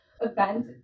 event